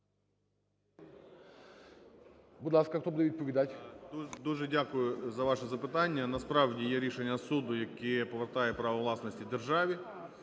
Дуже дякую за ваше запитання. Насправді, є рішення суду, яке повертає право власності державі.